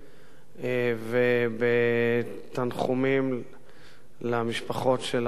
ולתנחומים למשפחות של החללים.